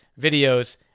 videos